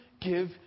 give